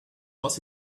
was